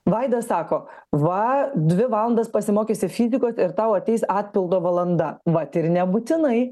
vaidas sako va dvi valandas pasimokysi fizikos ir tau ateis atpildo valanda vat ir nebūtinai